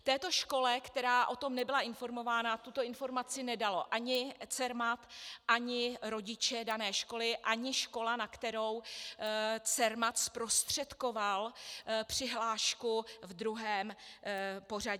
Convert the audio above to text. Této škole, která o tom nebyla informována, tuto informaci nedal ani Cermat, ani rodiče dané školy, ani škola, na kterou Cermat zprostředkoval přihlášku ve druhém pořadí.